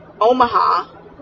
Omaha